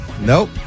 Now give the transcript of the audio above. Nope